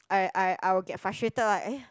I I I will get frustrated like eh